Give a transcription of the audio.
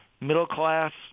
middle-class